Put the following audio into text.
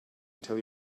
until